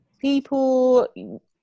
people